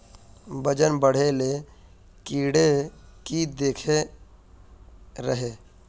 वजन बढे ले कीड़े की देके रहे?